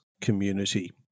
community